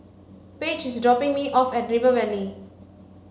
page is dropping me off at River Valley